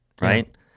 Right